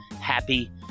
happy